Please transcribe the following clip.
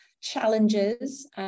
challenges